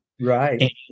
right